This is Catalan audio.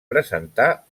presentar